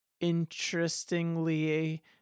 interestingly